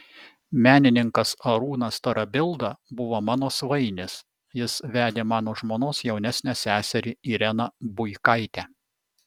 menininkas arūnas tarabilda buvo mano svainis jis vedė mano žmonos jaunesnę seserį ireną buikaitę